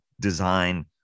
design